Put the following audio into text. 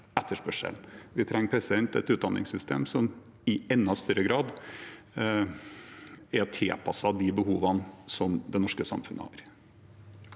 Vi trenger et utdanningssystem som i enda større grad er tilpasset de behovene som det norske samfunnet har.